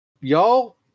Y'all